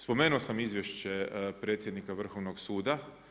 Spomenuo sam izvješće predsjednika Vrhovnog suda.